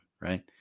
Right